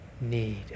need